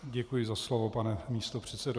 Děkuji za slovo, pane místopředsedo.